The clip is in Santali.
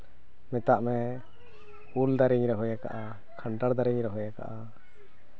ᱢᱮᱛᱟᱜ ᱢᱮ ᱩᱞ ᱫᱟᱨᱮᱧ ᱨᱚᱦᱚᱭ ᱟᱠᱟᱜᱼᱟ ᱠᱟᱱᱴᱷᱟᱲ ᱫᱟᱨᱮᱧ ᱨᱚᱦᱚᱭ ᱟᱠᱟᱜᱼᱟ